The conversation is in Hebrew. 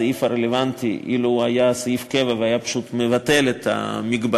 בסעיף הרלוונטי אילו הוא היה סעיף קבע והיה פשוט מבטל את המגבלה,